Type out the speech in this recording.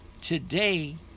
today